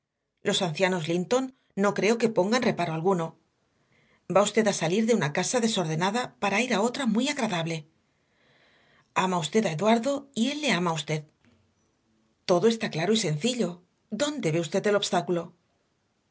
los ancianos linton no creo que pongan reparo alguno va usted a salir de una casa desordenada para ir a otra muy agradable ama usted a eduardo y él le ama a usted todo está claro y sencillo dónde ve usted el obstáculo